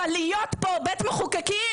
אבל להיות פה בית מחוקקים,